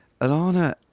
Alana